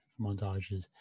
montages